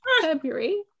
February